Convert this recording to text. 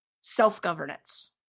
self-governance